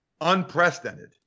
Unprecedented